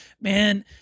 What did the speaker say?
man